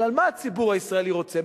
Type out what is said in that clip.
אבל מה הציבור הישראלי רוצה?